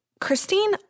Christine